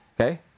Okay